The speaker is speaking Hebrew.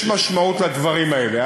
יש משמעות לדברים האלה,